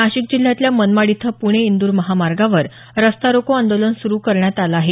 नाशिक जिल्ह्यातल्या मनमाड इथं पुणे इंदूर महामार्गावर रस्ता रोको आंदोलन सुरु करण्यात आलं आहे